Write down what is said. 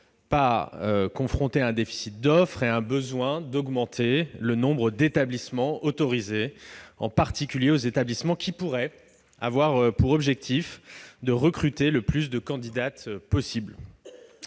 confrontés ni à un déficit d'offre ni à un besoin d'augmenter le nombre d'établissements autorisés- je pense notamment aux établissements qui pourraient avoir pour objectif de recruter le plus de candidates possible.